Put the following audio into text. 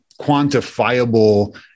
quantifiable